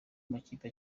makipe